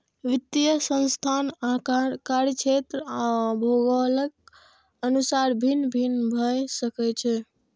वित्तीय संस्थान आकार, कार्यक्षेत्र आ भूगोलक अनुसार भिन्न भिन्न भए सकै छै